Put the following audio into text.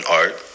art